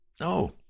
No